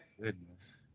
Goodness